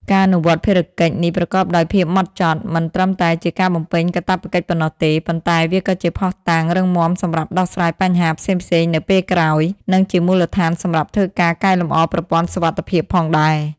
ការអនុវត្តភារកិច្ចនេះប្រកបដោយភាពម៉ត់ចត់ មិនត្រឹមតែជាការបំពេញកាតព្វកិច្ចប៉ុណ្ណោះទេ ប៉ុន្តែវាក៏ជាភស្តុតាងរឹងមាំសម្រាប់ដោះស្រាយបញ្ហាផ្សេងៗនៅពេលក្រោយ និងជាមូលដ្ឋានសម្រាប់ធ្វើការកែលម្អប្រព័ន្ធសុវត្ថិភាពផងដែរ។